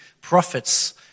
prophets